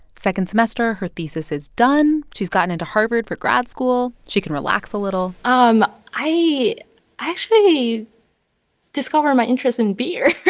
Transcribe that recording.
second semester, her thesis is done. she's gotten into harvard for grad school. she can relax a little um i actually discover my interest in beer